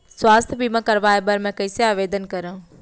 स्वास्थ्य बीमा करवाय बर मैं कइसे आवेदन करव?